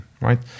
right